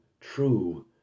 true